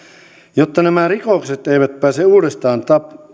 jotta nämä rikokset eivät pääse uudestaan